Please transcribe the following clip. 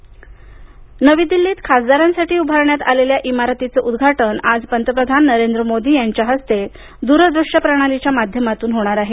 खासदार नवी दिल्लीत खासदारांसाठी उभारण्यात आलेल्या इमारतीचे उद्घाटन आज पंतप्रधान नरेंद्र मोदी यांच्या हस्ते दूरदूश्य प्रणालीच्या माध्यमातून होणार आहे